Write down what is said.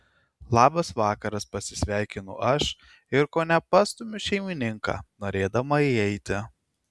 labas vakaras pasisveikinu aš ir kone pastumiu šeimininką norėdama įeiti